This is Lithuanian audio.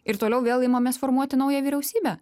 ir toliau vėl imamės formuoti naują vyriausybę